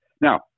Now